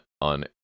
on